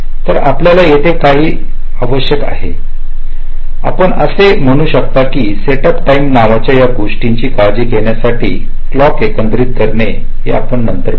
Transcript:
तर आपल्याला येथे काही देणे आवश्यक आहे आपण असे म्हणू शकता की सेटअप टाइम नावाच्या या गोष्टीची काळजी घेण्यासाठी क्लॉक एकंदरीत करणे हे आपण नंतर पाहू